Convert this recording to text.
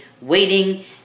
waiting